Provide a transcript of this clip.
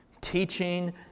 teaching